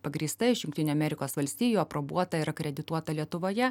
pagrįsta iš jungtinių amerikos valstijų aprobuota ir akredituota lietuvoje